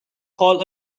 call